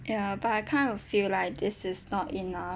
ya but I kind of feel like this is not enough